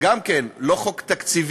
גם כן, זה לא חוק תקציבי,